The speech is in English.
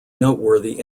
noteworthy